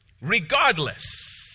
regardless